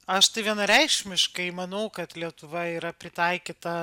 aš tai vienareikšmiškai manau kad lietuva yra pritaikyta